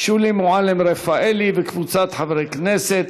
שולי מועלם-רפאלי וקבוצת חברי הכנסת.